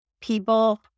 People